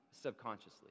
subconsciously